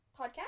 podcast